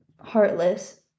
heartless